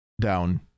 down